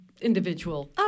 individual